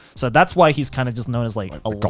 so that's why he's kind of just known as like, a